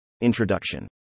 Introduction